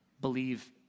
Believe